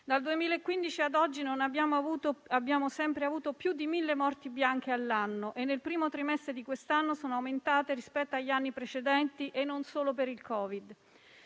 Dal 2015 ad oggi abbiamo sempre avuto più di 1.000 morti bianche all'anno e nel primo trimestre di quest'anno sono aumentate rispetto agli anni precedenti e non solo per il Covid.